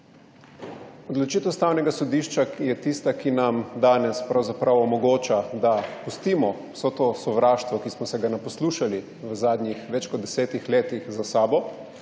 Odločitev Ustavnega sodišča je tista, ki nam danes pravzaprav omogoča, da pustimo vso to sovraštvo, ki smo se ga naposlušali v zadnjih več kot desetih letih za sabo